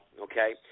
Okay